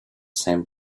same